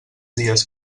dies